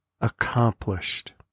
accomplished